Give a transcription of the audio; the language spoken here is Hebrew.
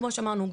כמו שאמרנו,